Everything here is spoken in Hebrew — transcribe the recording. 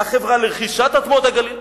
הוועד לרכישת אדמות הגליל,